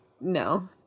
no